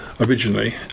originally